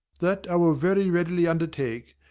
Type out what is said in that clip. that i will very readily undertake.